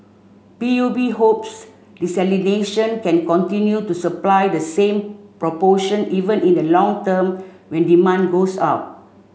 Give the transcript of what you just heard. P U B hopes desalination can continue to supply the same proportion even in the long term when demand goes up